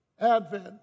Advent